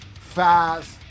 fast